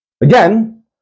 Again